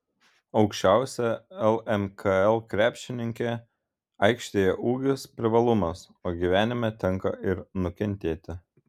aukščiausia lmkl krepšininkė aikštėje ūgis privalumas o gyvenime tenka ir nukentėti